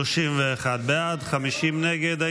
31 בעד, 50 נגד.